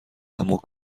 اما